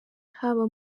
haba